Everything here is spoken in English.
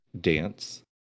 dance